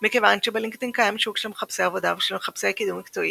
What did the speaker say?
מכיוון שבלינקדאין קיים שוק של מחפשי עבודה ושל מחפשי קידום מקצועי,